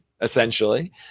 essentially